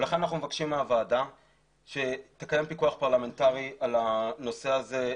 לכן אנחנו מבקשים מהוועדה שתקיים פיקוח פרלמנטרי על הנושא הזה,